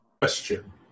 Question